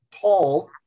tall